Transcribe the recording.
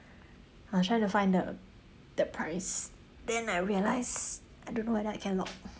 I was trying to find the the price then I realised I don't know whether I can lock